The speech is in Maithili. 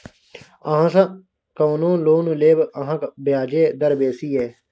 अहाँसँ कोना लोन लेब अहाँक ब्याजे दर बेसी यै